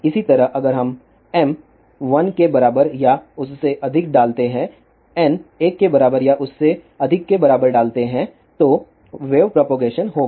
इसी तरह अगर हम m 1 के बराबर या उससे अधिक डालते हैं n 1 के बराबर या उससे अधिक के बराबर डालते हैं तो वेव प्रोपगेशन होगा